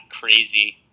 crazy